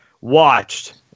watched